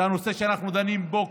זה נושא שאנחנו דנים בו.